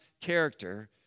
character